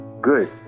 Good